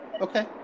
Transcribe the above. Okay